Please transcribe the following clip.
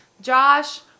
Josh